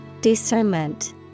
Discernment